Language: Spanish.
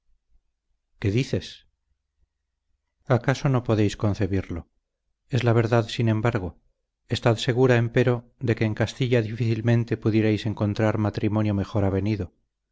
qué dices acaso no podréis concebirlo es la verdad sin embargo estad segura empero de que en castilla difícilmente pudierais encontrar matrimonio mejor avenido